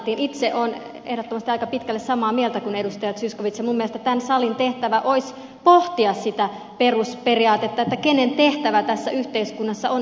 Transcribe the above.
itse olen ehdottomasti aika pitkälle samaa mieltä kuin edustaja zyskowicz ja minun mielestäni tämän salin tehtävä olisi pohtia sitä perusperiaatetta kenen tehtävä tässä yhteiskunnassa on elättää